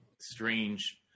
strange